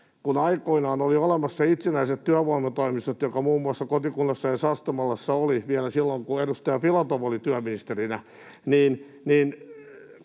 kun aikoinaan olivat olemassa itsenäiset työvoimatoimistot, jollainen muun muassa kotikunnassani Sastamalassa oli vielä silloin, kun edustaja Filatov oli työministerinä, niin